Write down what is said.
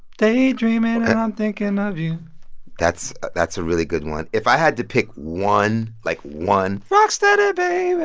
daydreaming, and i'm thinking of you that's that's a really good one. if i had to pick one, like, one. rocksteady, baby.